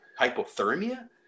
hypothermia